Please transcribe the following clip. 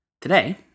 Today